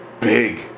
big